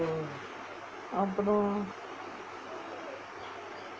அப்புறம்:appuram